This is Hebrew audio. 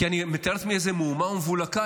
כי אני מתאר לעצמי איזה מהומה ומבולקה